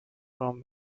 from